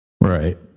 right